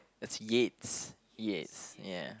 that's Yates Yates ya